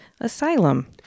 Asylum